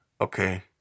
Okay